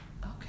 okay